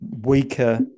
weaker